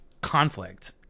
conflict